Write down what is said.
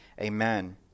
amen